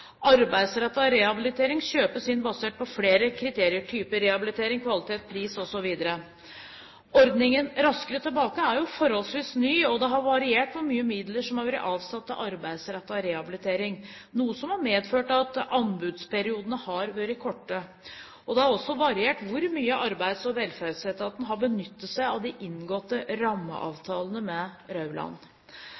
rehabilitering kjøpes inn basert på flere kriterier: type rehabilitering, kvalitet, pris osv. Ordningen Raskere tilbake er forholdsvis ny, og det har variert hvor mye midler som har vært avsatt til arbeidsrettet rehabilitering, noe som har medført at anbudsperiodene har vært korte. Det har også variert hvor mye Arbeids- og velferdsetaten har benyttet seg av de inngåtte